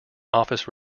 office